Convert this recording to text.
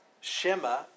Shema